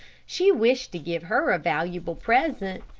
she wished to give her a valuable present,